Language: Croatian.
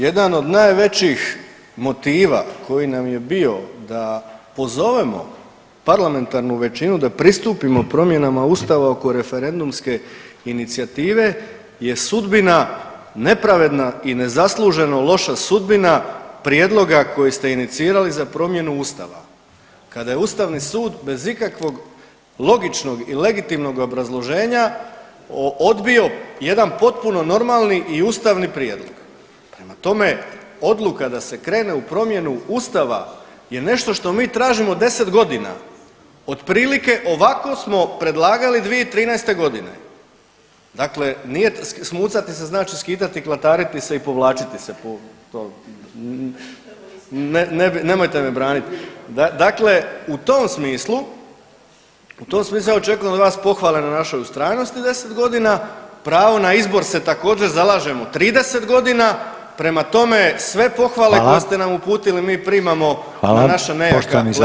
Jedan od najvećih motiva koji nam je bio da pozovemo parlamentarnu većinu da pristupimo promjenama ustava oko referendumske inicijative je sudbina nepravedna i nezasluženo loša sudbina prijedloga koji ste inicirali za promjenu ustava kada je ustavni sud bez ikakvog logičnog i legitimnog obrazloženja odbio jedan potpuno normalni i ustavni prijedlog, prema tome odluka da se krene u promjenu ustava je nešto što mi tražimo 10.g., otprilike ovako smo predlagali 2013.g., dakle nije „smucati se“ znači skidati i klatariti se i povlačiti se po toj … [[Upadica iz klupe se ne razumije]] nemojte me branit, dakle u tom smislu, u tom smislu ja očekujem od vas pohvale na našoj ustrajnosti 10.g., pravo na izbor se također zalažemo 30.g., prema tome sve pohvale koje ste nam uputili mi primamo na naša nejaka pleća i ja osobno, hvala.